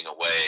away